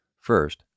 First